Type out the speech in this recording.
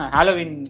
Halloween